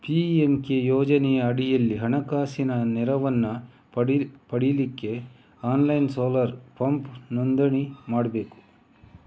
PMK ಯೋಜನೆಯ ಅಡಿಯಲ್ಲಿ ಹಣಕಾಸಿನ ನೆರವನ್ನ ಪಡೀಲಿಕ್ಕೆ ಆನ್ಲೈನ್ ಸೋಲಾರ್ ಪಂಪ್ ನೋಂದಣಿ ಮಾಡ್ಬೇಕು